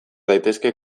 daitezke